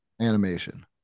Animation